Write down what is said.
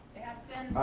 batson.